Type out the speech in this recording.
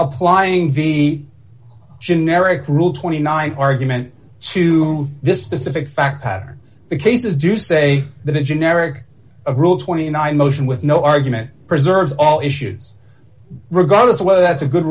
applying v generic rule twenty nine argument to this specific fact pattern the cases do say that in generic a rule twenty nine motion with no argument preserves all issues regardless of whether that's a good